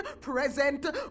present